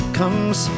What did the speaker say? comes